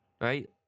Right